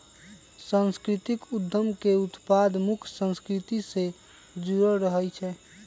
सांस्कृतिक उद्यम के उत्पाद मुख्य संस्कृति से जुड़ल रहइ छै